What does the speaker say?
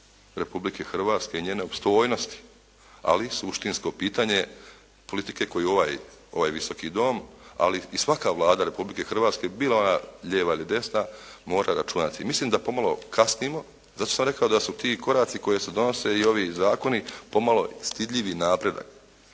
Republike Hrvatske i njene opstojnosti, ali i suštinsko pitanje politike koju ovaj Visoki dom, ali i svaka Vlada Republike Hrvatske bila ona lijeva ili desna mora računati. Mislim da pomalo kasnimo. Zato sam rekao da su ti koraci koji se donose i ovi zakoni pomalo stidljivi napredak,